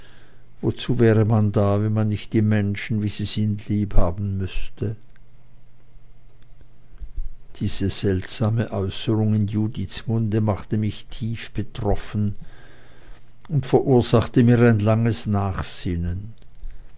wozu wäre man da wenn man nicht die menschen wie sie sind liebhaben müßte diese seltsame äußerung in judiths munde machte mich tief betroffen und verursachte mir ein langes nachsinnen